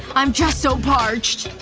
i'm just so parched